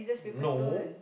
no